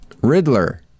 Riddler